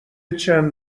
چند